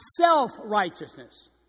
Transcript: self-righteousness